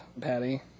Patty